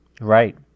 Right